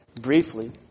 briefly